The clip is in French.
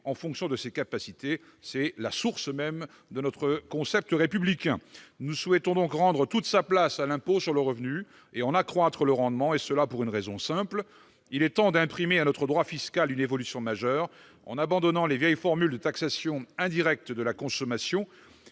en fonction de ses capacités. C'est la source même de notre concept républicain. Nous souhaitons donc rendre toute sa place à l'impôt sur le revenu et en accroître le rendement, et ce pour une raison simple : il est temps d'imprimer à notre droit fiscal une évolution majeure, en abandonnant les vieilles formules de taxation indirecte de la consommation